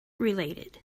related